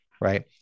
right